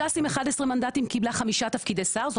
ש"ס עם 11 מנדטים קיבלה חמישה תפקידי שר זאת